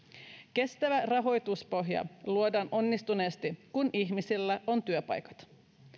kestävä rahoituspohja luodaan onnistuneesti kun ihmisillä on työpaikat